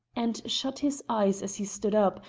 and shut his eyes as he stood up,